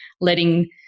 letting